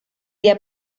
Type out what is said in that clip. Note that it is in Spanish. día